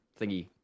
thingy